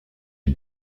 est